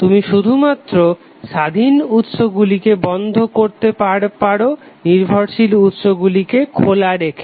তুমি শুধুমাত্র স্বাধীন উৎসকে বন্ধ করতে পারো নির্ভরশীল উৎসকে খোলা রেখে